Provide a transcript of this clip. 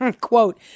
Quote